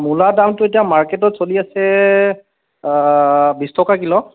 মূলা দামটো এতিয়া মাৰ্কেটত চলি আছে বিছ টকা কিলো